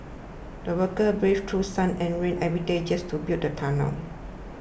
the workers braved through sun and rain every day just to build the tunnel